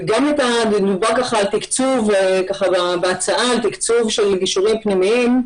דובר על תקצוב של גישורים פנימיים,